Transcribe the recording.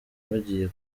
bagiye